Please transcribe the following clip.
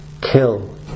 kill